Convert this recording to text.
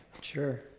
Sure